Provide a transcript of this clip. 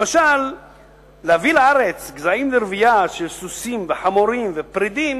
למשל להביא לארץ גזעים לרבייה של סוסים וחמורים ופרדים,